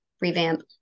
revamp